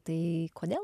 tai kodėl